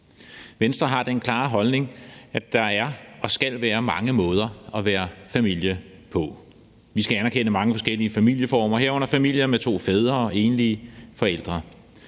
Venstre har den klare holdning, at der er og skal være mange måder at være familie på. Vi skal anerkende mange forskellige familieformer, herunder familier med to fædre og enlige forældre.